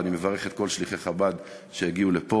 אני מברך את כל שליחי חב"ד שהגיעו לפה,